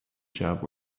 job